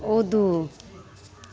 कूदू